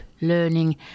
learning